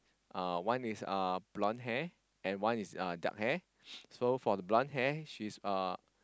uh one is uh blonde hair and one is uh dark hair so for the blonde hair she's uh